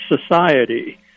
Society